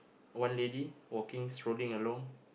one lady walking strolling along